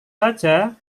saja